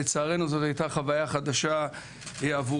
לצערנו זאת הייתה חוויה חדשה עבורנו.